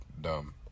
dumb